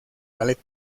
ballet